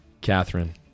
Catherine